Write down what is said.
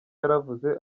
yaravuze